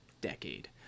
decade